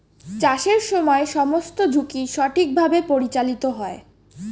চাষের সময় সমস্ত ঝুঁকি সঠিকভাবে পরিচালিত হয়